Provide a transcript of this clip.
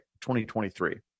2023